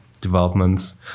developments